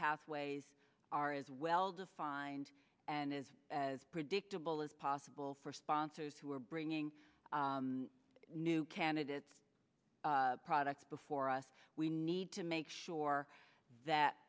pathways are as well defined and is as predictable as possible for sponsors who are bringing new candidates products before us we need to make sure that